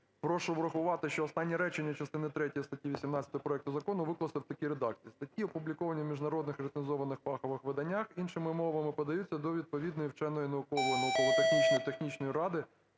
прошу врахувати, що останнє речення частини третьої статті 18 проекту закону викласти в такій редакції: "Статті, опубліковані у міжнародних рецензованих фахових виданнях іншими мовами, подаються до відповідної вченої (наукової,